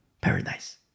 Paradise